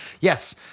Yes